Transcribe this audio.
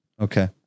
Okay